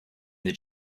that